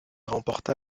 remporta